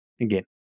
Again